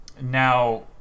Now